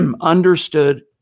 understood